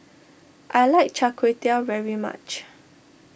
I like Char Kway Teow very much